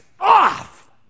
off